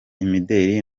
imideli